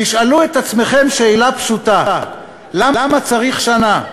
תשאלו את עצמכם שאלה פשוטה: למה צריך שנה?